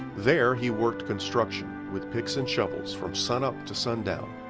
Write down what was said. there he worked construction with picks and shovels from sun up to sun down.